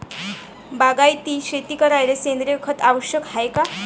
बागायती शेती करायले सेंद्रिय खत आवश्यक हाये का?